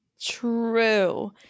True